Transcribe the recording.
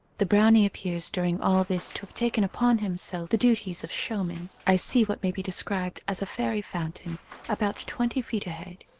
the brownie appears during all this to have taken upon himself the duties of show man. i see what may be described as a fairy fountain about twenty feet ahead.